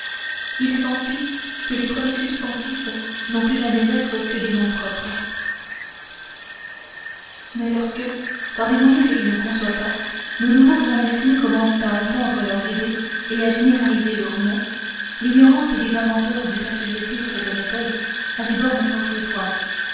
il s'ensuit que les premiers substantifs n'ont pu jamais être que des noms propres mais lorsque par des moyens que je ne conçois pas nos nouveaux grammairiens commencèrent à étendre leurs idées et à généraliser leurs mots l'ignorance des inventeurs dut assujettir cette méthode à des bornes fort étroites